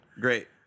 Great